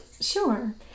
Sure